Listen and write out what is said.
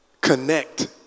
connect